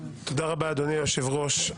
תודה רבה אדוני היושב-ראש.